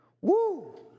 Woo